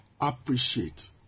appreciate